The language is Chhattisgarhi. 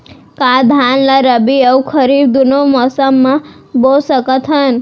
का धान ला रबि अऊ खरीफ दूनो मौसम मा बो सकत हन?